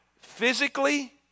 physically